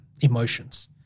emotions